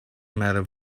matter